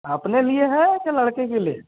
अपने लिए है के लड़के के लिए